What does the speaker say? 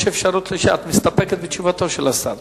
יש אפשרות שאת מסתפקת בתשובתו של השר?